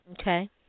Okay